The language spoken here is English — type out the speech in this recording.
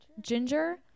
ginger